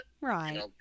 Right